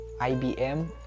IBM